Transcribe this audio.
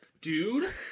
Dude